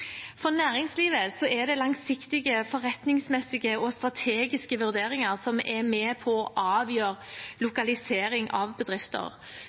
For næringslivet er det langsiktige, forretningsmessige og strategiske vurderinger som er med på å avgjøre lokalisering av bedrifter.